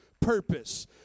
purpose